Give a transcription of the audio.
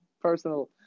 personal